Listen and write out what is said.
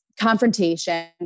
confrontation